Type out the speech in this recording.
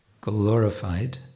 glorified